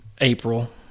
April